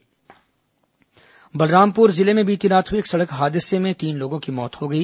दुर्घटना बलरामपुर जिले में बीती रात हुए एक सड़क हादसे में तीन लोगों की मौत हो गई